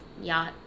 yacht